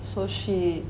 so she